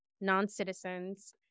non-citizens